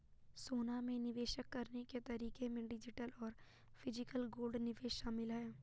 सोना में निवेश करने के तरीके में डिजिटल और फिजिकल गोल्ड निवेश शामिल है